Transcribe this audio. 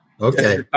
Okay